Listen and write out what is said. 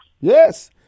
Yes